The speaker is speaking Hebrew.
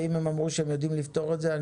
ואם הם אמרו שהם יודעים לפתור את זה,